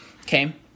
Okay